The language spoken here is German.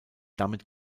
damit